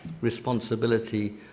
responsibility